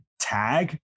tag